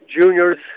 juniors